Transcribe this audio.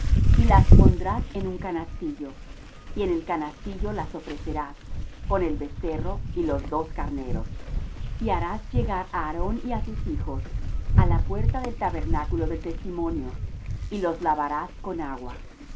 y las pondrás en un canastillo y en el canastillo las ofrecerás con el becerro y los dos carneros y harás llegar á aarón y á sus hijos á la puerta del tabernáculo del testimonio y los lavarás con agua